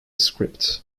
script